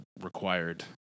required